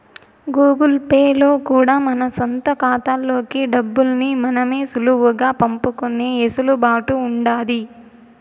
Google Pay లో కూడా మన సొంత కాతాల్లోకి డబ్బుల్ని మనమే సులువుగా పంపుకునే ఎసులుబాటు ఉండాది